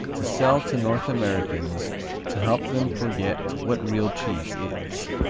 to sell to north americans to help them forget what real cheese is.